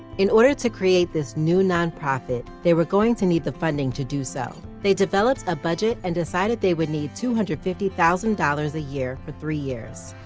in order to create this new nonprofit, they were going to need the funding to do so. they developed a budget and decided they would need two hundred and fifty thousand dollars a year for three years.